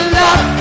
love